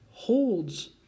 holds